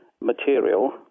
material